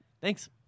thanks